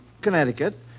Connecticut